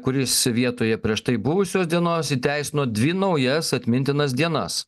kuris vietoje prieš tai buvusios dienos įteisino dvi naujas atmintinas dienas